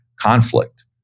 conflict